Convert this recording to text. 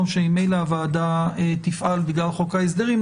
יום שממילא הוועדה תפעל בגלל חוק ההסדרים,